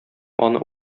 аны